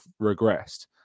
regressed